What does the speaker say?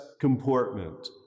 comportment